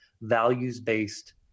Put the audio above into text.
values-based